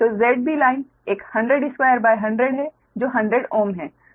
तो ZBline एक 1002100 है जो 100 Ω है